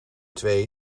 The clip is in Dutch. twee